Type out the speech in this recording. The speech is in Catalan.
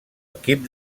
equip